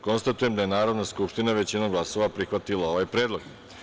Konstatujem da je Narodna skupština većinom glasova prihvatila ovaj predlog.